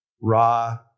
raw